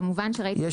כמובן ראיתי את המכתב.